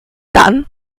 dann